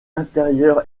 intérieure